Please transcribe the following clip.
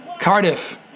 Cardiff